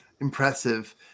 Impressive